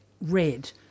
red